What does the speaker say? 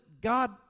God